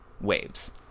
waves